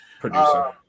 producer